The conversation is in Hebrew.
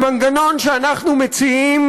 המנגנון שאנחנו מציעים